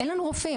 אין לנו רופאים.